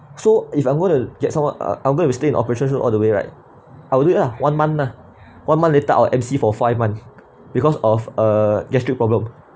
so if I'm going to get someone or I'm going to stay in operations room all the way right I will do it lah one month ah one month later I'll M_C for five months because of a gastric problem